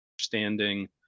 understanding